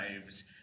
lives